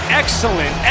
excellent